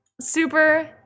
super